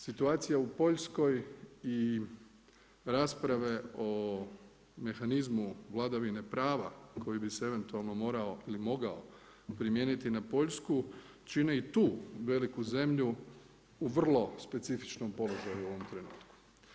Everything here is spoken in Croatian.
Situacija u Poljskoj i rasprave o mehanizmu vladavine prava koje bi se eventualno morao ili mogao primijeniti na Poljsku, čine i tu veliku zemlju u vrlo specifičnom položaju u ovom trenutku.